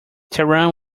taran